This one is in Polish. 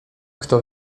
kto